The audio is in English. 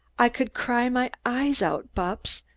i could cry my eyes out, bupps,